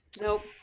Nope